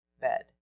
bed